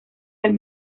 del